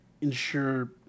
ensure